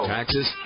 Taxes